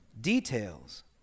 Details